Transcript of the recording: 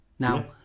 Now